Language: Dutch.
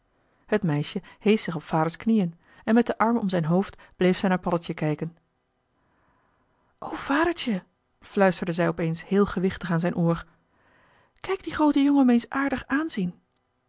het meisje heesch zich op vaders knieën en met den arm om zijn hoofd bleef zij naar paddeltje kijken o vadertje fluisterde zij opeens heel gewichtig aan zijn oor kijk die groote jongen me eens aardig aanzien